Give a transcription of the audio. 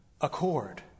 accord